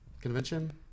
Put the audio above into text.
convention